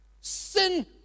Sin